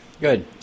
Good